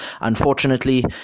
Unfortunately